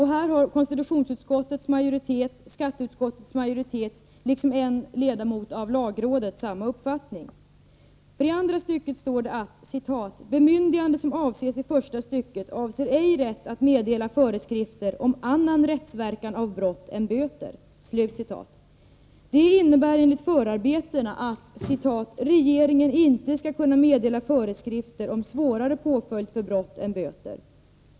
Här har konstitutionsutskottets majoritet, skatteutskottets majoritet liksom en ledamot av lagrådet samma uppfattning. I andra stycket står det: ”Bemyndigande som avses i första stycket medför ej rätt att meddela föreskrifter om annan rättsverkan av brott än böter.” Detta innebär enligt förarbetena att ”regeringen inte skall kunna meddela föreskrifter om svårare påföljd för brott än böter”.